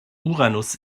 uranus